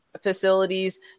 facilities